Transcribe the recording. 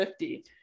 50